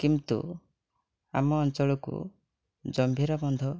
କିନ୍ତୁ ଆମ ଅଞ୍ଚଳକୁ ଜମ୍ଭିରା ବନ୍ଧ